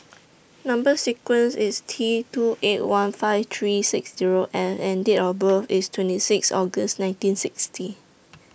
Number sequence IS T two eight one five three six Zero F and Date of birth IS twenty six August nineteen sixty